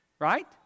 Right